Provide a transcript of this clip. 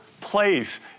place